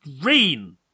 green